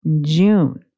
June